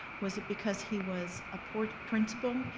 was it because he was a poor principal?